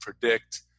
predict